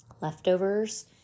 leftovers